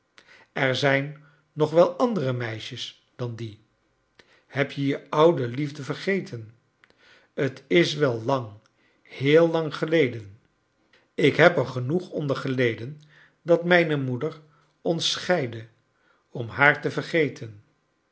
er zijn nog wel andere meisjes dan die heb je je oude liefde vergeten t is wel lang heel lang geleden w lk heb er genoeg onder geleden dat mijne moeder ons scheidde om haar te vergeten